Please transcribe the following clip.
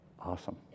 Awesome